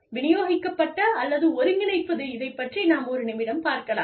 விநியோகிக்கப்பட்ட அல்லது ஒருங்கிணைப்பது இதைப் பற்றி நாம் ஒரு நிமிடம் பார்க்கலாம்